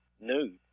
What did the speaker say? nude